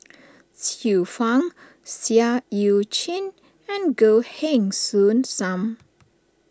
Xiu Fang Seah Eu Chin and Goh Heng Soon Sam